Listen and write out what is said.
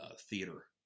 theater